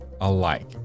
alike